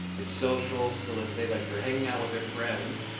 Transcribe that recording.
it's social, so let's say like they're hanging out with their friends,